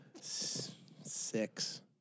six